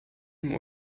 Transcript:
dem